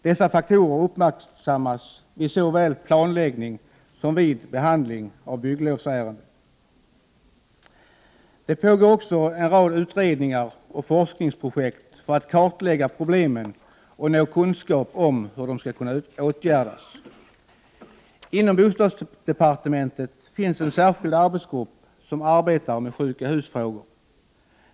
Dessa faktorer uppmärksammas vid såväl planläggning som behandling av bygglovsärenden. Det pågår också en rad utredningar och forskningsprojekt för att kartlägga problemen och nå kunskap om hur de skall kunna åtgärdas. Inom bostadsdepartementet finns en särskild arbetsgrupp som arbetar med sjuka hus-frågor.